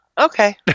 okay